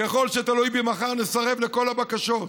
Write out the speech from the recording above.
ככל שזה תלוי בי, מחר נסרב לכל הבקשות.